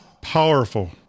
Powerful